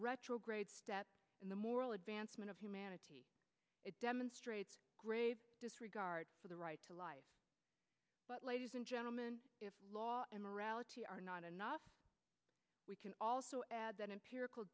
retrograde step in the moral advancement of humanity it demonstrates grave disregard for the right to life but ladies and gentleman if law and morality are not enough we can also add that empirical